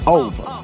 over